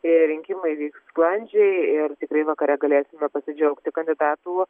jei rinkimai vyks sklandžiai ir tikrai vakare galėsime pasidžiaugti kandidatų